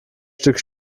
stück